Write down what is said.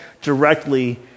directly